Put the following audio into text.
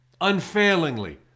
unfailingly